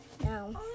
No